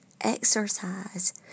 exercise